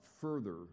further